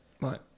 Right